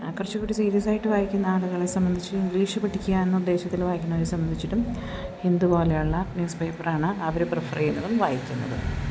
കുറച്ചുകൂടി സീരിയസ് ആയിട്ട് വായിക്കുന്ന ആളുകളെ സംബന്ധിച്ച് ഇംഗ്ലീഷ് പഠിക്കുക എന്ന ഉദ്ദേശത്തിൽ വായിക്കുന്നവരെ സംബദ്ധിച്ചിട്ടും ഹിന്ദു പോലെയുള്ള ന്യൂസ് പേപ്പർ ആണ് അവർ പ്രിഫർ ചെയ്യുന്നതും വായിക്കുന്നതും